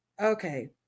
Okay